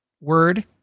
word